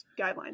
guidelines